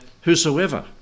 whosoever